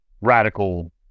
Radical